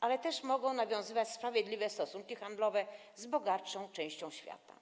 ale też mogą nawiązywać sprawiedliwe stosunki handlowe z bogatszą częścią świata.